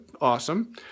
Awesome